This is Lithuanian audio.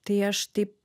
tai aš taip